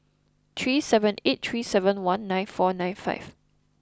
three seven eight three seven one nine four nine five